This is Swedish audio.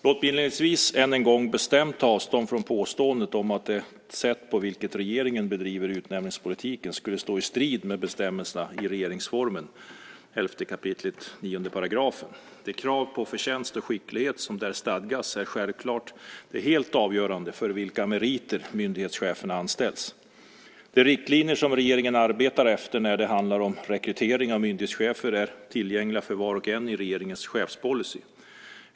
Låt mig inledningsvis, än en gång, bestämt ta avstånd från påståendet att det sätt på vilket regeringen bedriver utnämningspolitiken skulle stå i strid med bestämmelserna i regeringsformens 11 kap. 9 §. De krav på förtjänst och skicklighet som där stadgas är självklart de helt avgörande för på vilka meriter myndighetscheferna anställs. De riktlinjer som regeringen arbetar efter när det handlar om rekrytering av myndighetschefer är tillgängliga för var och en i regeringens chefspolicy.